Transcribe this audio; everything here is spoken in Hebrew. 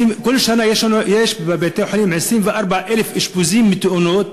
בבתי-החולים בכל שנה יש 24,000 אשפוזים מתאונות,